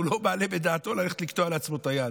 הוא לא מעלה בדעתו ללכת לקטוע לעצמו את היד.